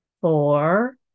four